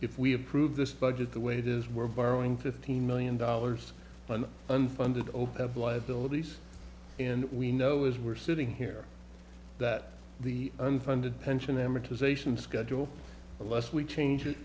if we approve this budget the way it is we're borrowing fifteen million dollars an unfunded opeth liabilities and we know as we're sitting here that the unfunded pension amortization schedule unless we change